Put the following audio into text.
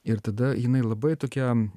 ir tada jinai labai tokiam